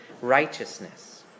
righteousness